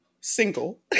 single